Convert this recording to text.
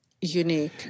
unique